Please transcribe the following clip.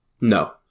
No